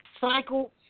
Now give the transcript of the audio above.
cycle